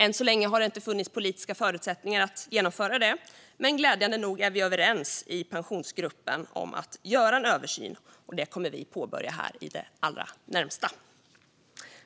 Än så länge har det inte funnits politiska förutsättningar att genomföra det, men glädjande nog har vi kommit överens i Pensionsgruppen om att göra en översyn. Den kommer vi att påbörja i det allra närmaste.